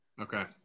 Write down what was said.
Okay